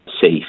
safe